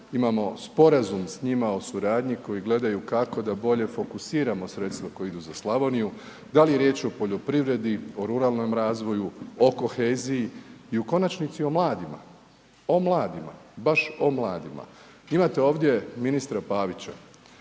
imamo sporazum s njima o suradnji koji gledaju kako da bolje fokusiramo sredstva koja idu za Slavoniju. Da li je riječ o poljoprivredi, o ruralnom razvoju, o koheziji i u konačnici o mladima, o mladima, baš o mladima. Imate ovdje ministra Pavića,